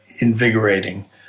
invigorating